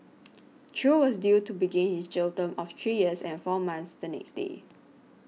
Chew was due to begin his jail term of three years and four months the next day